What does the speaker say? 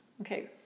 Okay